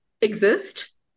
exist